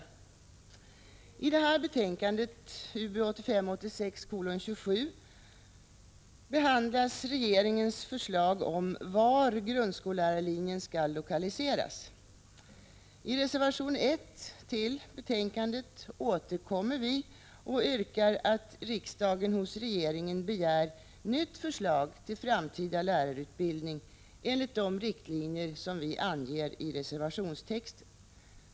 I utbildningsutskottets betänkande 1985/86:27 behandlas regeringens förslag om var grundskollärarlinjen skall lokaliseras. I reservation 1 till betänkandet återkommer vi och yrkar att riksdagen hos regeringen begär nytt förslag om framtida lärarutbildning enligt de riktlinjer som vi anger i reservationstexten.